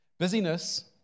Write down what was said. Busyness